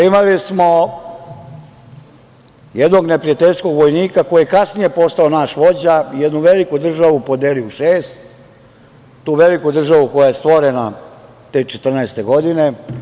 Imali smo jednog neprijateljskog vojnika koji je kasnije postao naš vođa, jednu veliku državu podelio u šest, tu veliku državu koja je stvorena te 1914. godine.